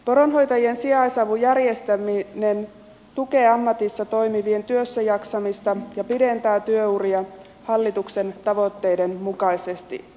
poronhoitajien sijaisavun järjestäminen tukee ammatissa toimivien työssäjaksamista ja pidentää työuria hallituksen tavoitteiden mukaisesti